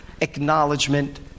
acknowledgement